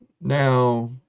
now